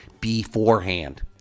beforehand